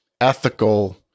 ethical